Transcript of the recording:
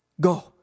Go